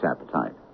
appetite